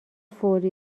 فوری